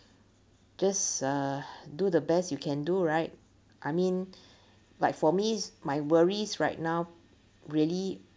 just uh do the best you can do right I mean like for me's my worries right now really